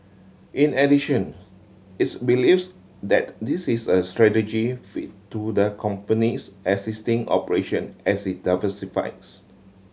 in addition its believes that this is a strategy fit to the company's existing operation as it diversifies